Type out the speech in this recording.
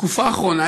בתקופה האחרונה,